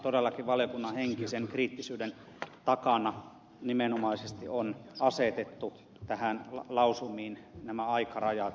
todellakin valiokunnan henkisen kriittisyyden takana on nimenomaisesti se että näihin lausumiin on asetettu aikarajat